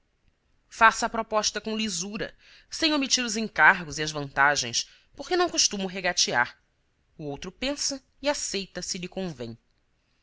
faça a proposta com lisura sem omitir os encargos e as vantagens porque não costumo regatear o outro pensa e aceita se lhe convém